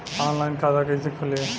Online खाता कइसे खुली?